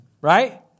right